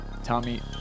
tommy